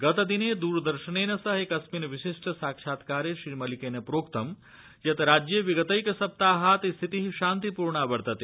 गतदिने द्रदर्शनेन सह एकस्मिन् विशिष्ट साक्षात्कारे श्रीमलिकेन प्रोक्त यत् राज्ये विगतक्रसप्ताहात् स्थिति शान्तिपूर्णा वर्तते